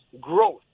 Growth